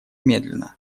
медленно